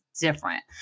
different